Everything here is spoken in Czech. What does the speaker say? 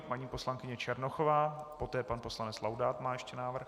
Paní poslankyně Černochová, poté pan poslanec Laudát má ještě návrh.